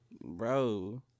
Bro